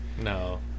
No